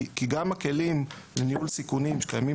כי גם הכלים לניהול סיכונים שקיימים